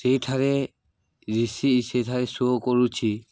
ସେହିଠାରେ ରିସିପ୍ଟ୍ ସେହିଠାରେ ଶୋ କରୁଛି